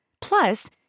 Plus